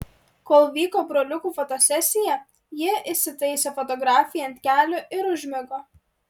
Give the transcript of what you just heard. kol vyko broliukų fotosesija ji įsitaisė fotografei ant kelių ir užmigo